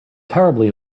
terribly